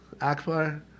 Akbar